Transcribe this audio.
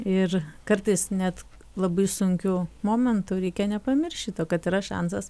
ir kartais net labai sunkiu momentu reikia nepamiršti to kad yra šansas